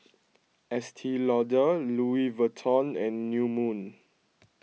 Estee Lauder Louis Vuitton and New Moon